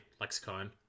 lexicon